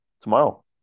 tomorrow